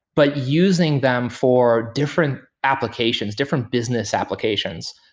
but using them for different applications, different business applications.